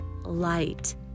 light